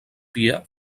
pia